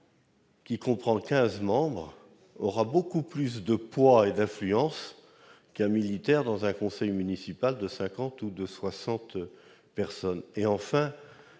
comprenant 15 membres aura beaucoup plus de poids et d'influence qu'un militaire dans un conseil municipal de 50 ou 60 personnes. Ce n'est